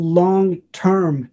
long-term